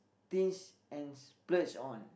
binge and splurge on